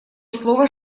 слово